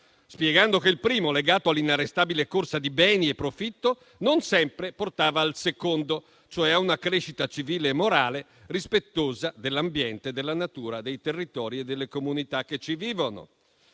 spiegando che il primo, legato all'inarrestabile corsa a beni e profitto, non sempre portava al secondo, cioè a una crescita civile e morale, rispettosa dell'ambiente, della natura, dei territori e delle comunità che ci vivono.